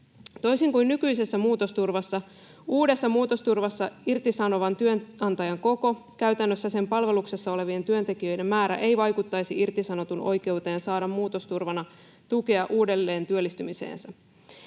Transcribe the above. Toisin kuin nykyisessä muutosturvassa, uudessa muutosturvassa irtisanovan työnantajan koko, käytännössä sen palveluksessa olevien työntekijöiden määrä, ei vaikuttaisi irtisanotun oikeuteen saada muutosturvana tukea uudelleen työllistymiseensä.